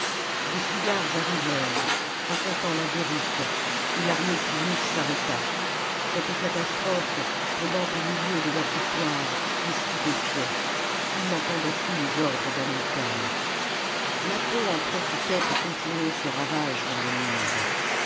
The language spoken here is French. des fuyards arrivèrent racontant la déroute et l'armée punique s'arrêta cette catastrophe tombant au milieu de leur victoire les stupéfiait ils n'entendaient plus les ordres d'hamilcar mâtho en profitait pour continuer ses ravages dans les numides